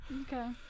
okay